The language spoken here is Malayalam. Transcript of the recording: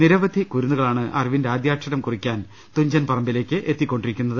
നിരവധി കുരുന്നുകളാണ് അറിവിന്റെ ആദ്യാക്ഷരം കുറിക്കാൻ തുഞ്ചൻ പറമ്പിലേക്ക് എത്തിക്കൊണ്ടിരിക്കുന്നത്